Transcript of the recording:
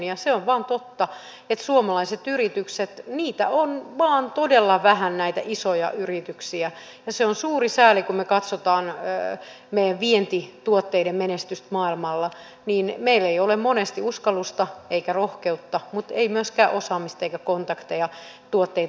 ja se on vaan totta että suomalaisia isoja yrityksiä on vaan todella vähän ja on suuri sääli että kun me katsomme meidän vientituotteidemme menestystä maailmalla niin meillä ei ole monesti uskallusta eikä rohkeutta mutta ei myöskään osaamista eikä kontakteja tuotteita edistää